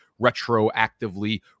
retroactively